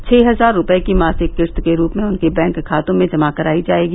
छह हजार रुपये की मासिक किस्त के रूप में उनके बैंक खातों में जमा कराई जायेगी